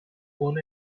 own